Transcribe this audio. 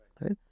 right